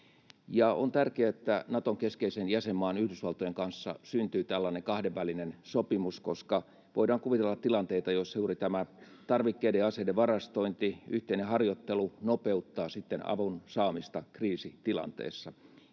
On tärkeää, että Naton keskeisen jäsenmaan Yhdysvaltojen kanssa syntyy tällainen kahdenvälinen sopimus, koska voidaan kuvitella tilanteita, joissa juuri tämä tarvikkeiden ja aseiden varastointi ja yhteinen harjoittelu nopeuttavat sitten avun saamista kriisitilanteessa.